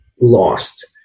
lost